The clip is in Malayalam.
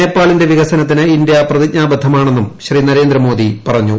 നേപ്പാളിന്റെ വികസനത്തിന് ഇന്ത്യ പ്രതിജ്ഞാബദ്ധമാണെന്നും ശ്രീ നരേന്ദ്രമോദി പറഞ്ഞു